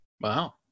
Wow